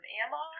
ammo